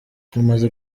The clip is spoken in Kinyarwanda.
tumaze